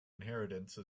inheritance